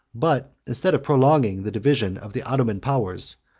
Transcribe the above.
but, instead of prolonging the division of the ottoman powers,